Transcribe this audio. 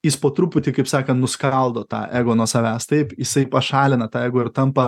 jis po truputį kaip sakant nuskaldo tą ego nuo savęs taip jisai pašalina tą ego ir tampa